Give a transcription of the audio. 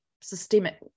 systemic